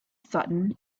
sutton